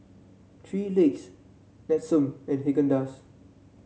Three Legs Nestum and Haagen Dazs